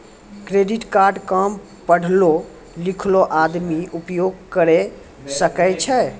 Credit card काम पढलो लिखलो आदमी उपयोग करे सकय छै?